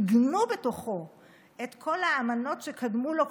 עיגנו בתוכו את כל האמנות שקדמו לו,